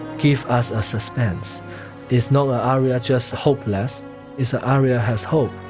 give us a suspense is nulla aria just hope less is an aria has hope,